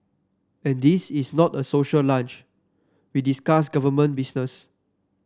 and this is not a social lunch we discuss government business